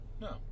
No